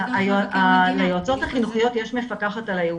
ליועצות החינוכיות יש מפקחת על הייעוץ.